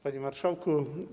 Panie Marszałku!